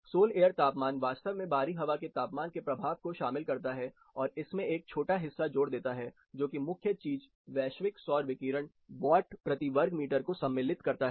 soul air तापमान वास्तव में बाहरी हवा के तापमान के प्रभाव को शामिल करता है और इसमें एक छोटा हिस्सा जोड़ देता है जो कि मुख्य चीजवैश्विक सौर विकिरण वाट प्रति वर्ग मीटर को सम्मिलित करता है